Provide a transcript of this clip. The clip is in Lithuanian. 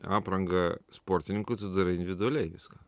aprangą sportininkui tu darai individualiai viską